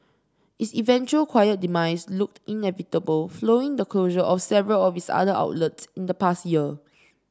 its eventual quiet demise looked inevitable following the closure of several of its other outlets in the past year